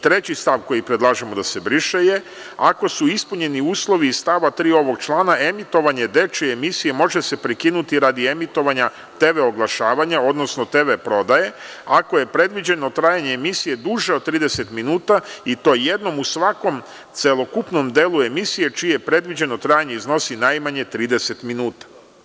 Treći stav koji predlažemo da se briše – ako su ispunjeni uslovi iz stava 3. ovog člana emitovanje dečije emisije može se prekinuti radi emitovanja TV oglašavanja, odnosno TV prodaje, ako je predviđeno trajanje emisije duže od 30 minuta i to jednom od svakom celokupnom delu emisije čije predviđeno trajanje iznosi najmanje 30 minuta.